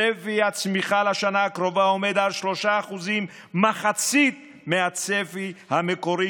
צפי הצמיחה לשנה הקרובה עומד על 3% מחצית מהצפי המקורי,